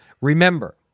Remember